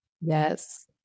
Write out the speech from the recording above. Yes